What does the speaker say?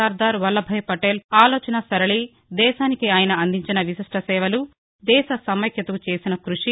సర్దార్ పటేల్ ఆలోచనాసరళి దేశానికి ఆయన అందించిన విశిష్ణ సేవలు దేశ సమైక్యతకు చేసిన కృషి